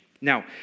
Now